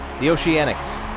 the oceanics